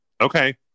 okay